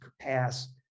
pass